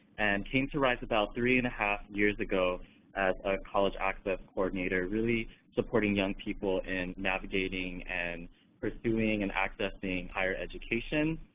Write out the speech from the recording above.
and came to ryse about three and a half years ago as a college access coordinator, really supporting young people in navigating and pursuing and accessing higher education.